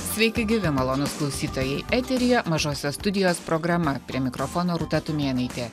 sveiki gyvi malonūs klausytojai eteryje mažosios studijos programa prie mikrofono rūta tumėnaitė